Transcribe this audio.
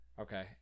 Okay